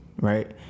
right